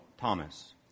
Thomas